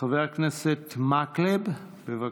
חבר הכנסת מקלב, בבקשה.